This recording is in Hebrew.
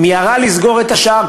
מיהרה לסגור את השער,